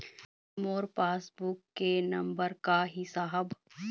मोर passbook के नंबर का ही साहब?